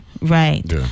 Right